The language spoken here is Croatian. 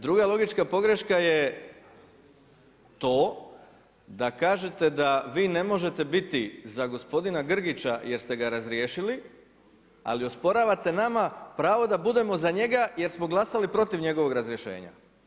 Druga logička pogreška je to kažete da vi ne možete biti za gospodina Grgića jer ste ga razriješili ali osporavate nama pravo da budemo za njega jer smo glasovali protiv njegovog razrješenja.